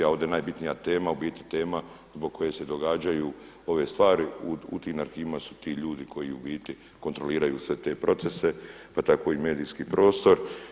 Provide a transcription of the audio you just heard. A ovdje najbitnija tema u biti tema zbog koje se događaju ove stvari, u tim arhivima su ti ljudi koji u biti kontroliraju sve te procese, pa tako i medijski prostor.